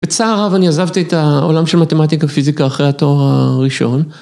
בצער רב אני עזבתי את העולם של מתמטיקה פיזיקה אחרי התואר הראשון.